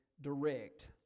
direct